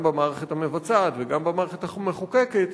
גם במערכת המבצעת וגם במערכת המחוקקת,